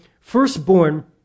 firstborn